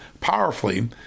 powerfully